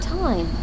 time